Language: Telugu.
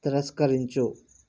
తిరస్కరించు